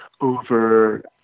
over